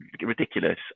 ridiculous